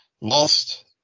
lost